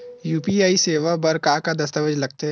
UPI सेवा बर का का दस्तावेज लगथे?